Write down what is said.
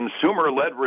consumer-led